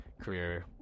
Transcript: career